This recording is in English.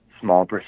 small